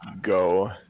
go